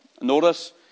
Notice